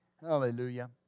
Hallelujah